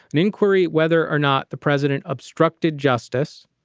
an inquiry, whether or not the president obstructed justice.